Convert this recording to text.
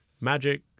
Magic